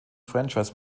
franchise